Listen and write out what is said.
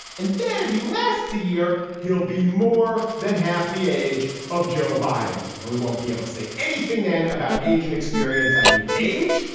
and then if he lasts a year, he'll be more than half the age of joe biden. and we won't be able to say anything then about age and experience. i mean, age.